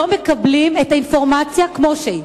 לא מקבלים את האינפורמציה כמו שהיא.